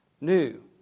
new